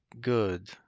good